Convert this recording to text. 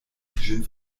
ĝin